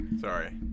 Sorry